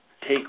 take